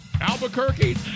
Albuquerque